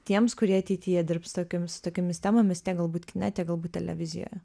tiems kurie ateityje dirbs su tokiomis su tokiomis temomis tiek galbūt kine tiek galbūt televizijoje